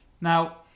Now